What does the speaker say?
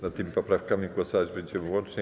Nad tymi poprawkami głosować będziemy łącznie.